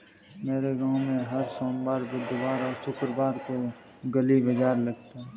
मेरे गांव में हर सोमवार बुधवार और शुक्रवार को गली बाजार लगता है